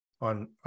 on